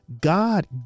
God